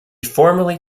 formerly